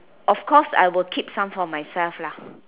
of course I will keep some for myself lah